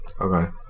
Okay